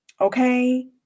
Okay